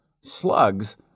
Slugs